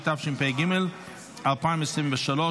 התשפ"ג 2023,